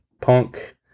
Punk